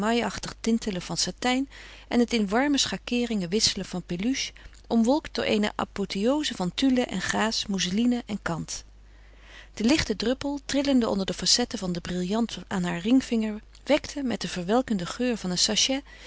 tintelen van satijn en het in warme schakeeringen wisselen van peluche omwolkt door eene apotheoze van tulle en gaas mousseline en kant de lichte druppel trillende onder de facetten van den brillant aan haar ringvinger wekte met den verwelkenden geur van een sachet